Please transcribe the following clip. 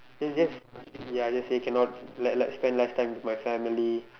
then just ya just say cannot like like spend less time with my family